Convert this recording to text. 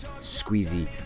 squeezy